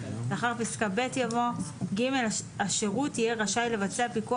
לאחר פסקה (ב) יבוא: "(ג) השירות יהיה רשאי לבצע פיקוח